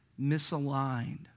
misaligned